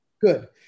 Good